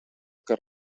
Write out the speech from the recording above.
que